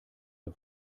nur